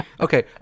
Okay